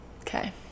Okay